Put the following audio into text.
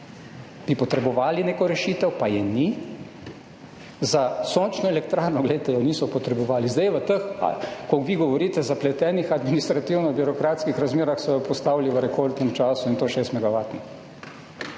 bi potrebovali neko rešitev, pa je ni. Za sončno elektrarno je niso potrebovali, zdaj so jo v teh razmerah, ko vi govorite o zapletenih administrativno-birokratskih razmerah, postavili v rekordnem času, in to šestmegavatno.